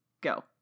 go